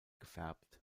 gefärbt